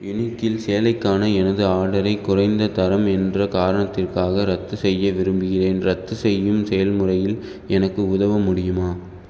யுனிக்கில் சேலைக்கான எனது ஆர்டரை குறைந்த தரம் என்ற காரணத்திற்காக ரத்து செய்ய விரும்புகிறேன் ரத்து செய்யும் செயல்முறையில் எனக்கு உதவ முடியுமா